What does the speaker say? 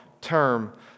term